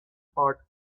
part